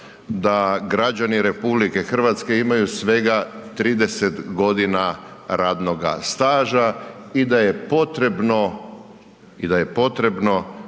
da građani RH imaju svega 30 g. radnoga staža i da je potrebno